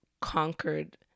conquered